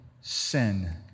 sin